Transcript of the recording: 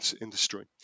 industry